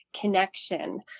connection